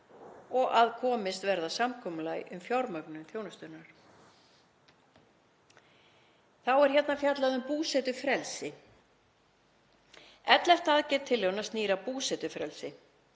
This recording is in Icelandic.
og að komist verði að samkomulagi um fjármögnun þjónustunnar. Þá er hérna fjallað um búsetufrelsi. Ellefta aðgerð tillögunnar snýr að búsetufrelsi.